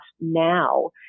now